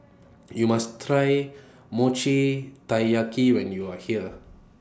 YOU must Try Mochi Taiyaki when YOU Are here